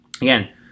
Again